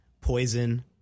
poison